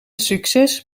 succes